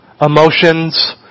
emotions